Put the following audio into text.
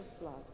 blood